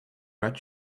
red